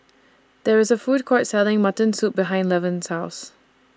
There IS A Food Court Selling Mutton Soup behind Levon's House